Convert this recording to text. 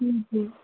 जी जी